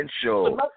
Potential